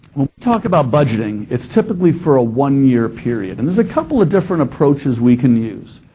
talk about budgeting, it's typically for a one-year period, and there's a couple of different approaches we can use.